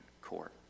court